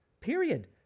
period